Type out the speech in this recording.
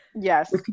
Yes